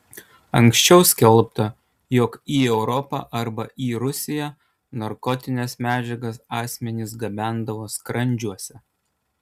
anksčiau skelbta jog į europą arba į rusiją narkotines medžiagas asmenys gabendavo skrandžiuose